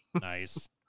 nice